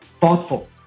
Thoughtful